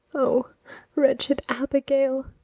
o wretched abigail,